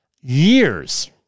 years